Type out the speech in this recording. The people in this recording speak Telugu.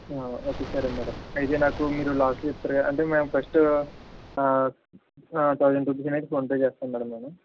ఓకే సరే మ్యాడం అయితే నాకు మీరు లాస్ట్లో చెప్తారు కదా అంటే మేము ఫస్టు తౌసండ్ రూపీస్ అనేది ఫోన్పే చేస్తాం మ్యాడం నేను